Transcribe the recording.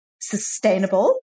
sustainable